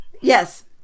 yes